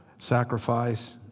sacrifice